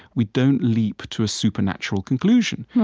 we don't leap to a supernatural conclusion.